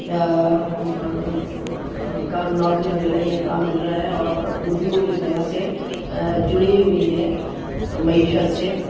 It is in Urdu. کام نوکری مل رہی ہے کام مل رہا ہے اور اردو ایک طرح سے جڑی ہوئی ہے معیشت سے